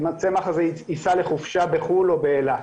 אם הצמח הזה ייסע לחופשה בחו"ל או באילת.